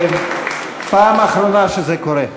פעם אחרונה שזה קורה.